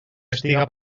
estiga